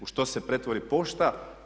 U što se pretvori pošta?